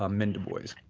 um men to boys?